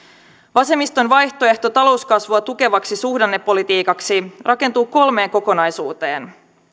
vasemmiston vaihtoehto talouskasvua tukevaksi suhdannepolitiikaksi rakentuu kolmeen kokonaisuuteen